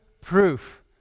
proof